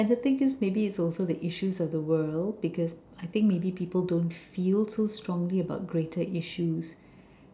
and the thing is maybe it's also the issues of the world because I think maybe people don't feel too strongly about greater issues